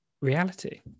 reality